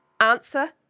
Answer